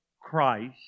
Christ